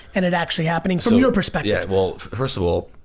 and it actually happening from your perspective. yeah well, first of all,